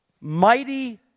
mighty